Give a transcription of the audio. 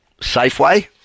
Safeway